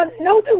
No